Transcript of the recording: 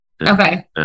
Okay